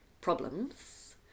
problems